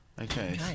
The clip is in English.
Okay